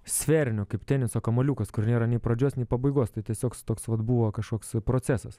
sferinio kaip teniso kamuoliukas kur nėra nei pradžios nei pabaigos tai tiesiog toks vat buvo kažkoks procesas